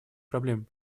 проблем